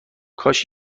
کاش